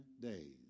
days